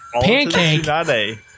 Pancake